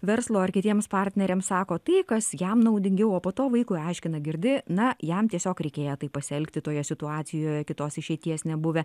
verslo ar kitiems partneriams sako tai kas jam naudingiau o po to vaikui aiškina girdi na jam tiesiog reikėję taip pasielgti toje situacijoje kitos išeities nebuvę